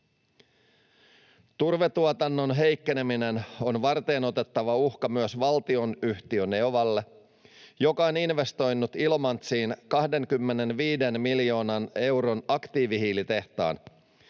Turvetuotannon heikkeneminen on varteenotettava uhka myös valtionyhtiö Neovalle, joka on investoinut Ilomantsiin 25 miljoonan euron aktiivihiilitehtaan.